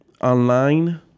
online